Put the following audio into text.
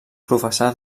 professà